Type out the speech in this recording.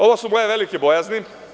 Ovo su moje velike bojazni.